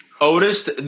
Otis